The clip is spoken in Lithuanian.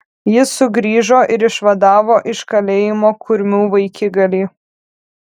jis sugrįžo ir išvadavo iš kalėjimo kurmių vaikigalį